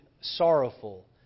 sorrowful